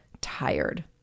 tired